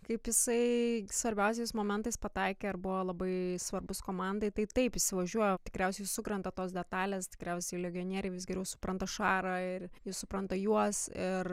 kaip jisai svarbiausiais momentais pataikė ir buvo labai svarbus komandai tai taip įsivažiuoja tikriausiai sukrenta tos detalės tikriausiai legionieriai vis geriau supranta šarą ir jis supranta juos ir